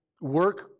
work